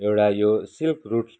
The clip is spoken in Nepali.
एउटा यो सिल्क रूट